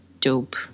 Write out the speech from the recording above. dope